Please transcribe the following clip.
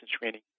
training